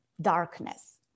darkness